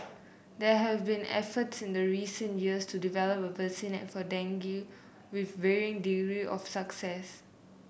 there have been efforts in recent years to develop a vaccine for dengue with varying degree of success